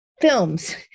films